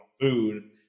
food